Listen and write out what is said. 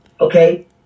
okay